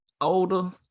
older